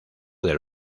del